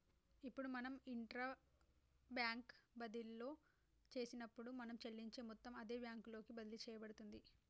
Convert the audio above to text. ఇప్పుడు మనం intra bank బదిన్లో చేసినప్పుడు మనం చెల్లించే మొత్తం అదే బ్యాంకు లోకి బదిలి సేయబడుతుంది